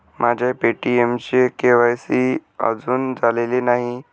माझ्या पे.टी.एमचे के.वाय.सी अजून झालेले नाही